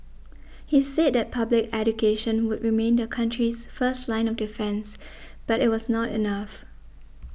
he said that public education would remain the country's first line of defence but it was not enough